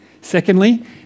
Secondly